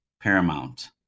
paramount